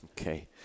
Okay